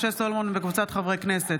משה סולומון וקבוצת חברי הכנסת.